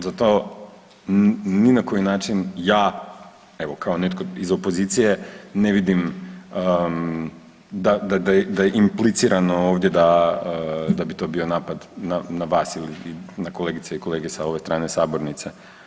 Zato ni na koji način ja, evo kao netko iz opozicije ne vidim da je implicirano ovdje da bi to bio napad na vas ili na kolegice i kolege sa ove strane sabornice.